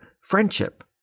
friendship